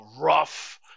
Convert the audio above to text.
rough